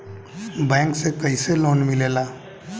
Bank से कइसे loan मिलेला?